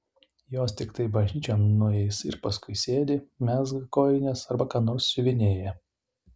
jos tiktai bažnyčion nueis ir paskui sėdi mezga kojines arba ką nors siuvinėja